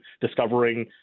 discovering